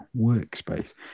workspace